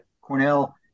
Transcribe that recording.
Cornell